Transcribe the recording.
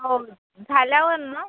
हो झाल्यावर नं